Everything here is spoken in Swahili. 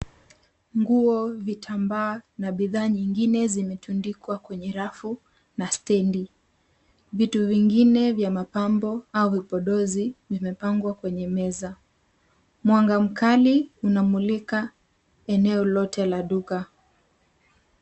Nguo, vitambaa na bidhaa nyingine zimetundikwa kwenye rafu na stendi. Vitu vingine vya mapambo au vipodozi vimepangwa kwenye meza. Mwanga mkali unamlika eneo lote la duka.